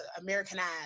Americanized